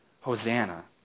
Hosanna